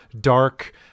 dark